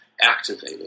activated